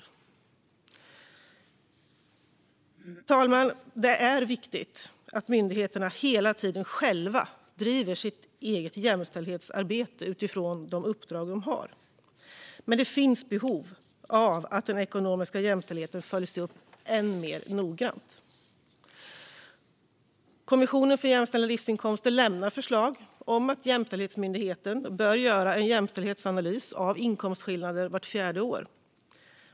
Fru talman! Det är viktigt att myndigheterna hela tiden själva driver sitt eget jämställdhetsarbete utifrån de uppdrag de har, men det finns behov av att den ekonomiska jämställdheten följs upp än mer noggrant. Kommissionen för jämställda livsinkomster lämnar förslag om att Jämställdhetsmyndigheten ska göra en jämställdhetsanalys av inkomstskillnader vart fjärde år.